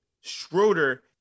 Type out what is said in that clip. Schroeder